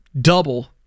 double